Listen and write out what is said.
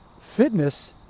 Fitness